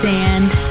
Sand